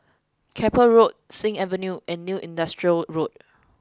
Keppel Road Sing Avenue and New Industrial Road